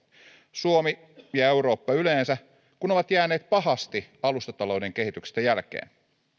suomi ja ja eurooppa yleensä kun ovat jääneet pahasti alustatalouden kehityksestä jälkeen